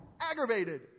aggravated